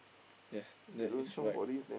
yes that is right